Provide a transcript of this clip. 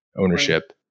ownership